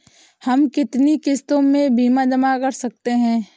हम कितनी किश्तों में बीमा जमा कर सकते हैं?